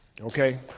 Okay